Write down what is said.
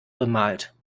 bemalt